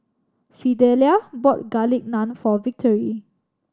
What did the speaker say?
Fidelia bought Garlic Naan for Victory